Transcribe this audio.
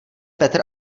petr